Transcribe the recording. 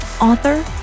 author